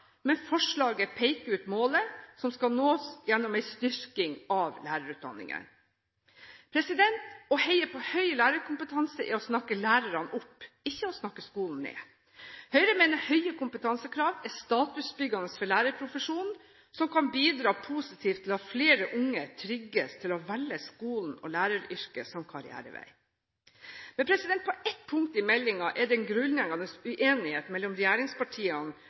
men forslaget peker ut målet som skal nås gjennom en styrking av lærerutdanningen. Å heie på høy lærerkompetanse er å snakke lærerne opp, ikke å snakke skolen ned. Høyre mener høye kompetansekrav er statusbyggende for lærerprofesjonen, som kan bidra positivt til at flere unge trigges til å velge skolen og læreryrket som karrierevei. På ett punkt i meldingen er det en grunnleggende uenighet mellom regjeringspartiene